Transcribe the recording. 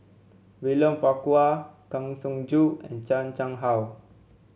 William Farquhar Kang Siong Joo and Chan Chang How